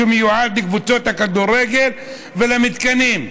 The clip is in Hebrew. שמיועד לקבוצות הכדורגל ולמתקנים.